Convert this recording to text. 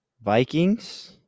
Vikings